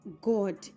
god